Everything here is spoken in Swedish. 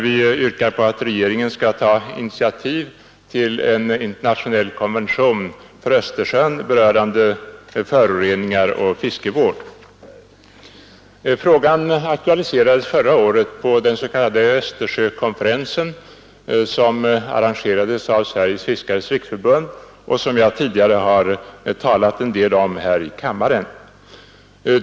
Vi yrkar på att regeringen skall ta initiativ till en internationell konvention för Östersjön berörande föroreningar och fiskevård. Frågan aktualiserades förra året på den s.k. Östersjökonferensen som arrangerades av Sveriges fiskares riksförbund och som jag tidigare har talat en del om här i kammaren.